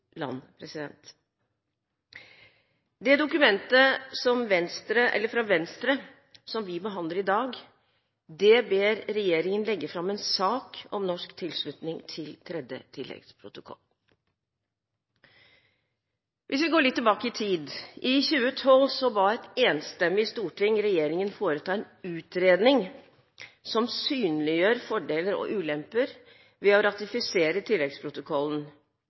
Det dokumentet fra Venstre som vi behandler i dag, ber regjeringen legge fram en sak om norsk tilslutning til tredje tilleggsprotokoll. Hvis vi går litt tilbake i tid, ba et enstemmig storting i 2012 regjeringen foreta en utredning som synliggjør fordeler og ulemper ved å ratifisere tilleggsprotokollen,